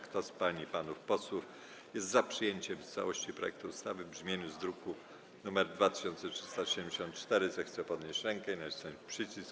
Kto z pań i panów posłów jest za przyjęciem w całości projektu ustawy w brzmieniu z druku nr 2374, zechce podnieść rękę i nacisnąć przycisk.